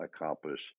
accomplish